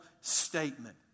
statement